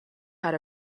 had